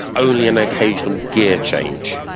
only an occasional gear change.